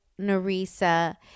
Narisa